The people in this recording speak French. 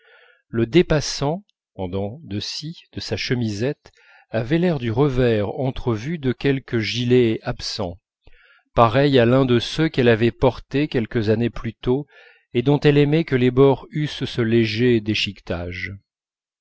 le dépassant en dents de scie de sa chemisette avait l'air du revers entrevu de quelque gilet absent pareil à l'un de ceux qu'elle avait portés quelques années plus tôt et dont elle aimait que les bords eussent ce léger déchiquetage